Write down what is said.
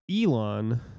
Elon